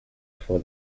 for